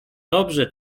dobrze